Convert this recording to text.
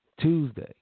Tuesday